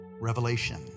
Revelation